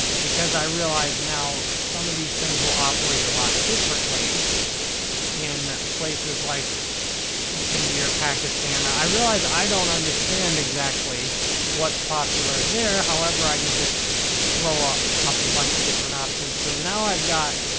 because i realize now some of these things will operate a lot differently in places like india or pakistan. i realize i don't understand exactly what's popular there however, i can just throw up up a bunch of different options. so, now i've got,